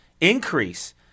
increase